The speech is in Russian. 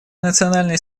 национальной